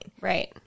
Right